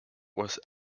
was